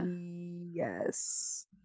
Yes